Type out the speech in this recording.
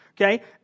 Okay